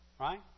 right